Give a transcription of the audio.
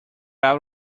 out